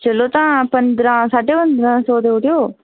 चलो तां पंदरां साढे पंदरां सौ देई ओड़ओ